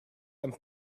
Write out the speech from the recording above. and